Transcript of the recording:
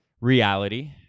reality